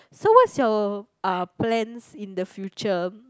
so what's your uh plans in the future